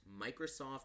Microsoft